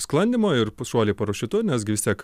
sklandymo ir šuoliai parašiutu nes gi vis tiek